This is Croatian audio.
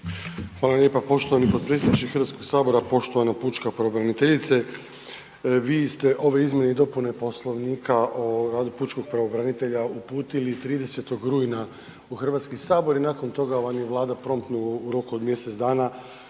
Hvala lijepo poštovani potpredsjedniče Hrvatskog sabora, poštovana pučka pravobraniteljice. Vi ste ove izmjene i dopune Poslovnika o radu pučkog pravobranitelja uputili 30. rujna u Hrvatski sabor i nakon toga vam je Vlada promptno u roku od mjesec dana